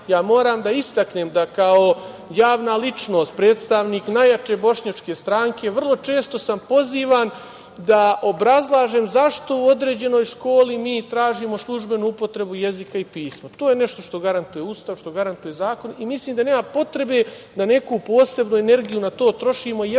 moram da istaknem da kao javna ličnost, predstavnik najjače bošnjačke stranke, vrlo često sam pozivan da obrazlažem zašto u određenoj školi mi tražimo službenu upotrebu jezika i pisma. To je nešto što garantuje Ustav, što garantuje zakon i mislim da nema potrebe da neku posebnu energiju na to trošimo.